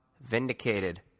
vindicated